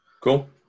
Cool